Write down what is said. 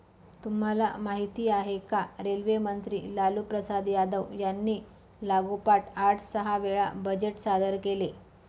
तुम्हाला माहिती आहे का? रेल्वे मंत्री लालूप्रसाद यादव यांनी लागोपाठ आठ सहा वेळा बजेट सादर केले